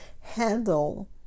handle